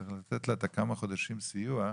צריך לתת לה כמה חודשים סיוע.